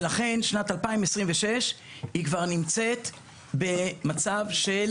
ולכן שנת 2026 היא כבר נמצאת במצב קיים,